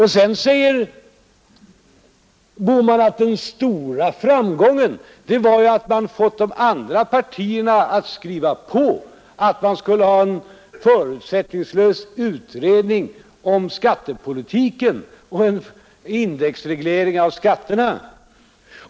Herr Bohman sade att en stor framgång var att man fått de andra partierna att skriva på att det skulle företas en förutsättningslös utredning om skattepolitiken och en indexreglering av skatterna.